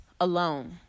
alone